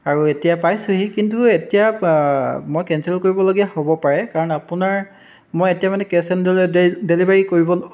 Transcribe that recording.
আৰু এতিয়া পাইছেহি কিন্তু এতিয়া মই কেনচেল কৰিবলগীয়া হ'ব পাৰে কাৰণ আপোনাৰ মই এতিয়া মানে কেছ এণ্ড ডেলিভাৰি কৰিব